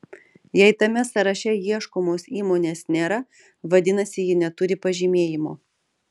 jei tame sąraše ieškomos įmonės nėra vadinasi ji neturi pažymėjimo